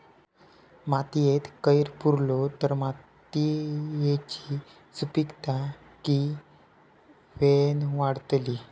मातयेत कैर पुरलो तर मातयेची सुपीकता की वेळेन वाडतली?